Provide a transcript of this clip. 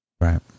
right